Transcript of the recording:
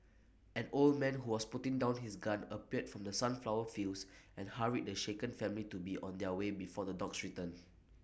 an old man who was putting down his gun appeared from the sunflower fields and hurried the shaken family to be on their way before the dogs return